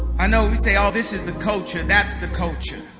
i know we say oh this is the culture that's the culture